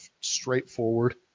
straightforward